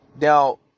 Now